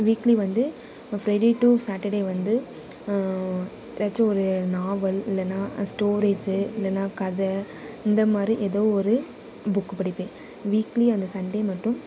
weekly வந்து Friday to Saturday வந்து ஏதாச்சும் ஒரு நாவல் இல்லைனா ஸ்டோரீஸு இல்லைனா கதை இந்தமாதிரி ஏதோ ஒரு புக்கு படிப்பேன் வீக்லி அந்த சண்டே மட்டும்